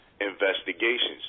investigations